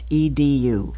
edu